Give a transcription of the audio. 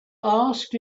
asked